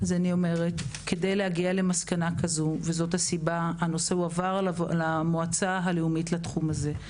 כדי להגיע למסקנה כזו הנושא עבר למועצה הלאומית לתחום הזה.